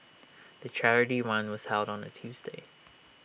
the charity run was held on A Tuesday